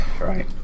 Right